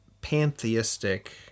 pantheistic